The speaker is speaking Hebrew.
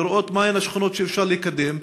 לראות מה הן השכונות שאפשר לקדם,